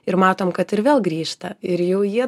ir matom kad ir vėl grįžta ir jau jie